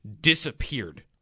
disappeared